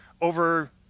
over